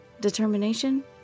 Determination